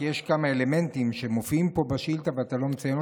כי יש כמה אלמנטים שמופיעים פה בשאילתה ואתה לא מציין אותם,